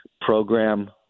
program